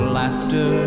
laughter